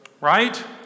Right